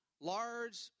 Large